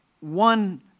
one